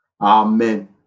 Amen